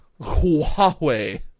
Huawei